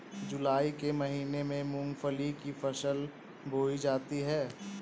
जूलाई के महीने में मूंगफली की फसल बोई जाती है